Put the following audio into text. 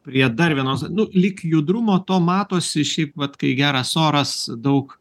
prie dar vienos nu lyg judrumo to matosi šiaip vat kai geras oras daug